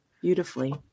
beautifully